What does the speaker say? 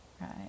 right